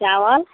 चावल